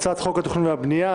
הצעת חוק התכנון והבנייה,